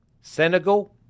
Senegal